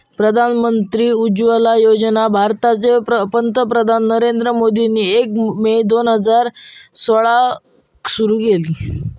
प्रधानमंत्री उज्ज्वला योजना भारताचे पंतप्रधान नरेंद्र मोदींनी एक मे दोन हजार सोळाक सुरू केल्यानी